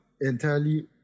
entirely